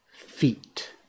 feet